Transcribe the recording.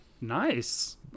nice